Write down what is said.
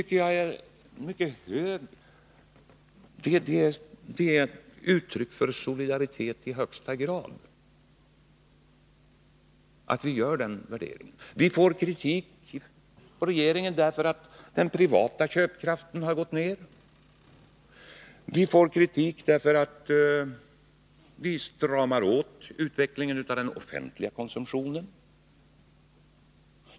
Det är ett uttryck för solidaritet i högsta grad, tycker jag, att vi gör den värderingen. Vi får kritik mot regeringen därför att den privata köpkraften har gått ner. Vi får kritik därför att vi stramar åt utvecklingen av den offentliga konsumtionen.